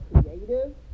creative